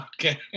Okay